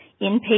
inpatient